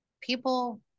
people